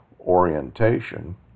orientation